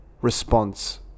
response